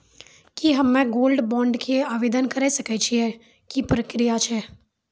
की हम्मय gold bond के आवदेन करे सकय छियै, की प्रक्रिया छै?